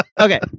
okay